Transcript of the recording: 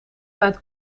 tijd